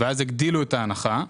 ואז הגדילו את ההנחה.